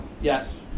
Yes